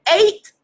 eight